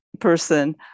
person